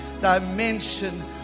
dimension